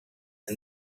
and